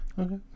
Okay